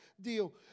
deal